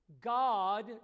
God